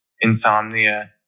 insomnia